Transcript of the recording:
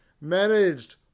managed